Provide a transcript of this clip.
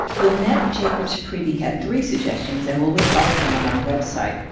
lynette jacobs-priebe had three suggestions, and we'll list all of them on our website.